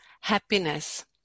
happiness